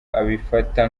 abifata